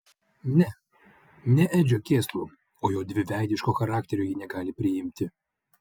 ne ne edžio kėslų o jo dviveidiško charakterio ji negali priimti